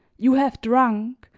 you have drunk,